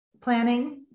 planning